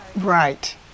Right